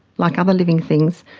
like other living things,